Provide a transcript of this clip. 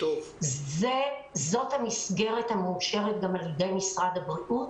כל הכיתות בחינוך הרגיל חוזרות